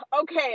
okay